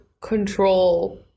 control